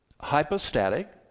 hypostatic